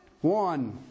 one